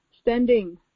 standing